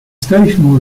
station